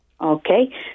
Okay